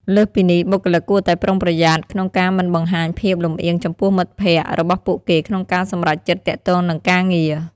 លើសពីនេះ បុគ្គលិកគួរតែប្រុងប្រយ័ត្នក្នុងការមិនបង្ហាញភាពលម្អៀងចំពោះមិត្តភក្តិរបស់ពួកគេក្នុងការសម្រេចចិត្តទាក់ទងនឹងការងារ។